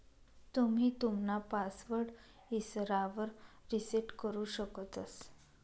तुम्ही तुमना पासवर्ड इसरावर रिसेट करु शकतंस